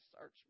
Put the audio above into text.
search